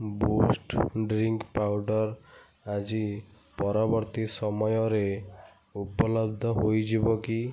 boost drink powder ଆଜି ପରବର୍ତ୍ତୀ ସମୟରେ ଉପଲବ୍ଧ ହେଇଯିବ କି